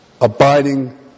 abiding